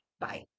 Bye